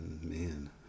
Man